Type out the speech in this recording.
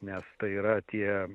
nes tai yra tie